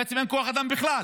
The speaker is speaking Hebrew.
בעצם אין כוח אדם בכלל.